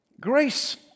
grace